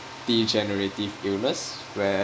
degenerative illness where